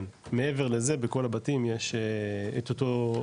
כן, מעבר לזה, בכל הבתים יש את אותו.